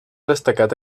destacat